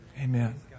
Amen